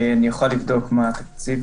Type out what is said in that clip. אני אוכל לבדוק מה התקציב.